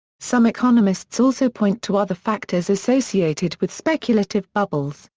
some economists also point to other factors associated with speculative bubbles,